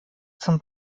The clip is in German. zum